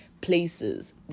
places